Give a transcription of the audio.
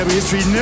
history